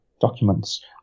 documents